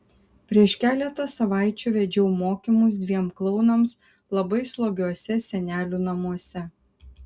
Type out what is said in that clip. prieš keletą savaičių vedžiau mokymus dviem klounams labai slogiuose senelių namuose